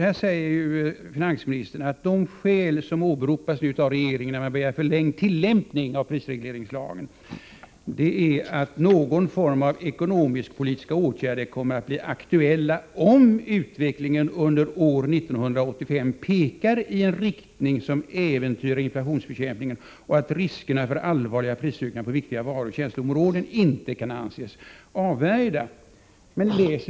Här säger finansministern att de skäl som åberopas av regeringen när den begär förlängd tillämpning av prisregleringslagen är att ”någon form av ekonomisk-politiska åtgärder kommer att bli aktuella om utvecklingen under år 1985 pekar i en riktning som äventyrar inflationsbekämpningen och att riskerna för allvarliga prisökningar på viktigare varuoch tjänsteområden inte kan anses avvärjda”.